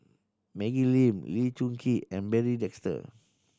Maggie Lim Lee Choon Kee and Barry Desker